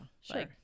Sure